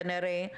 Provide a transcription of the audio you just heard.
כנראה,